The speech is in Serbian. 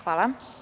Hvala.